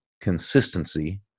consistency